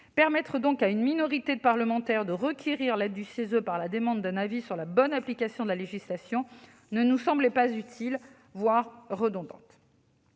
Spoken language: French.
Permettre à une minorité de parlementaires de requérir l'aide du CESE en demandant un avis sur la bonne application de la législation ne nous semble pas utile, mais plutôt redondant.